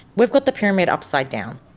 we've got the pyramid upside down.